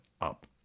up